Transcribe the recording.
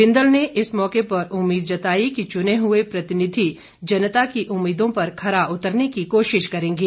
बिंदल ने इस मौके पर उम्मीद जताई कि चुने हुए प्रतिनिधि जनता की उम्मीदों पर खरा उतरने की कोशिश करेंगे